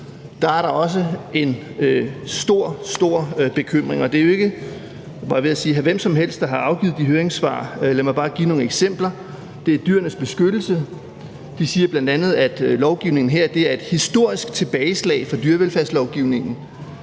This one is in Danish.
at der også er en stor, stor bekymring, og det er jo ikke, jeg var ved at sige hr. hvem som helst, der har afgivet de høringssvar. Lad mig bare give nogle eksempler. Det er Dyrenes Beskyttelse, og de siger bl.a., at lovgivningen her er et historisk tilbageslag for dyrevelfærdslovgivningen;